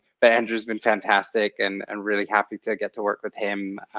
but andrew's been fantastic and and really happy to get to work with him,